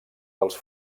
dels